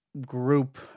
group